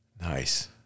Nice